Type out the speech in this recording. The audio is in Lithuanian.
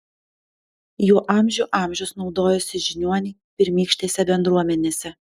juo amžių amžius naudojosi žiniuoniai pirmykštėse bendruomenėse